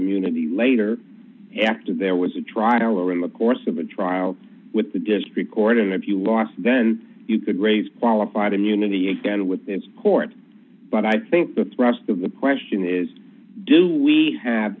immunity later after there was a trial or in the course of a trial with the district court in if you lost then you could raise qualified immunity again with the court but i think the thrust of the question is do we have